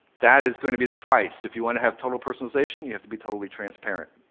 that is going to be the price. if you want to have total personalization, you have to be totally transparent.